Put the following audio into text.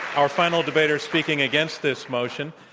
our final debater speaking against this motion,